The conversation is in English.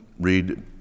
read